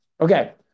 Okay